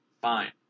fine